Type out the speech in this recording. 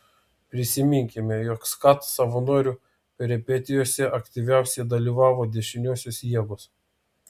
prisiminkime jog skat savanorių peripetijose aktyviausiai dalyvavo dešiniosios jėgos